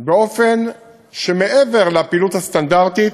באופן שמעבר לפעילות הסטנדרטית